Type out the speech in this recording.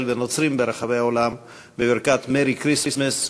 ונוצרים ברחבי העולם בברכת Merry Christmas,